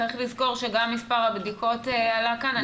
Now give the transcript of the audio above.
צריך לזכור שגם מס' הבדיקות עלה כאן.